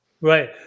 Right